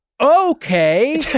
okay